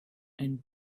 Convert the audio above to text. and